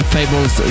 Fables